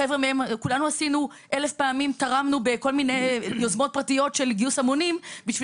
כולנו תרמנו בכל מיני יוזמות פרטיות של גיוס המונים כדי